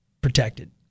protected